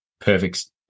perfect